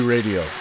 Radio